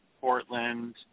Portland